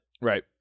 Right